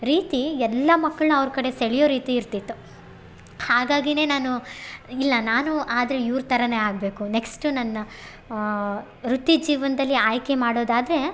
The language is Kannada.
ರೀತಿ ಎಲ್ಲ ಮಕ್ಕಳನ್ನ ಅವ್ರ ಕಡೆ ಸೆಳಿಯೋ ರೀತಿ ಇರ್ತಿತ್ತು ಹಾಗಾಗಿ ನಾನು ಇಲ್ಲ ನಾನು ಆದರೆ ಇವ್ರ ಥರನೆ ಆಗಬೇಕು ನೆಕ್ಸ್ಟು ನನ್ನ ವೃತ್ತಿ ಜೀವನದಲ್ಲಿ ಆಯ್ಕೆ ಮಾಡೋದಾದರೆ